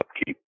upkeep